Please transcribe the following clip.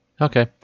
Okay